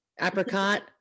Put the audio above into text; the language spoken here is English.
Apricot